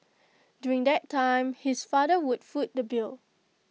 during that time his father would foot the bill